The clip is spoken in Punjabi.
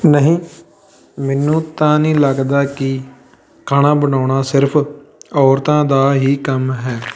ਨਹੀਂ ਮੈਨੂੰ ਤਾਂ ਨਹੀਂ ਲੱਗਦਾ ਕਿ ਖਾਣਾ ਬਣਾਉਣਾ ਸਿਰਫ ਔਰਤਾਂ ਦਾ ਹੀ ਕੰਮ ਹੈ